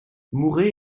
mouret